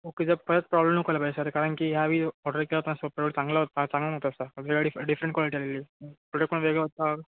okay जर परत problem नको यायला पाहिजे सर कारण की ह्यावेळी ऑर्डर केलं होतं सं प्रॉडक्ट चांगला होता चांगला नव्हता सं वेगळा डिफ डिफरंट क्वालिटी आलेली प्रोडक्ट पण वेगळं होता